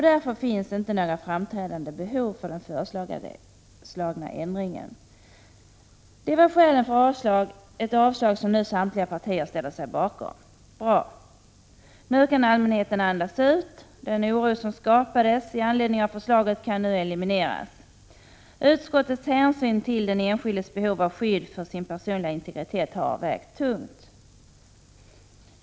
Därför finns inte några framträdande behov av den föreslagna ändringen. Det var skälen för avslag, ett avslag som nu samtliga partier ställer sig bakom. Bra! Nu kan allmänheten andas ut. Den oro som skapades i anledning av förslaget kan nu elimineras. Utskottets hänsyn till den enskildes behov av skydd för sin personliga integritet har vägt tungt.